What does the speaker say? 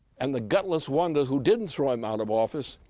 and the gutless wonder who didn't throw him out of office,